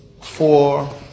four